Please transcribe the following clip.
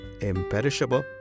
imperishable